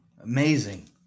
Amazing